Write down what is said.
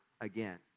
again